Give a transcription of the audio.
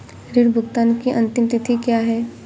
ऋण भुगतान की अंतिम तिथि क्या है?